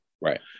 Right